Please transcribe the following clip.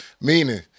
Meaning